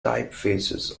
typefaces